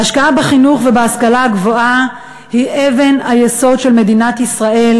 ההשקעה בחינוך ובהשכלה הגבוהה היא אבן היסוד של מדינת ישראל